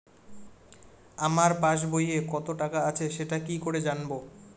আমার পাসবইয়ে কত টাকা আছে সেটা কি করে জানবো?